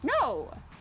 No